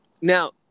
Now